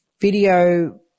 video